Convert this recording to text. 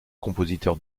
compositeurs